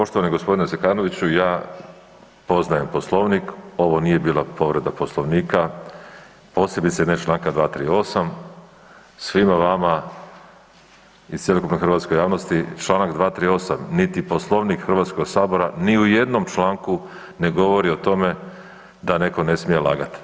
Poštovani g. Zekanoviću, ja poznajem Poslovnik, ovo nije bila povreda Poslovnika, posebice ne čl. 238., svima vama i cjelokupnoj hrvatskoj javnosti čl. 238. niti Poslovnik Hrvatskog sabora ni u jednu članku ne govori o tome da neko ne smije lagati.